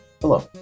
Hello